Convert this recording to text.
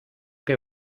que